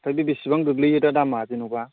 दा बे बेसेबां गोग्लैयो दा दामआ जेनेबा